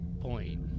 point